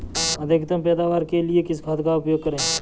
अधिकतम पैदावार के लिए किस खाद का उपयोग करें?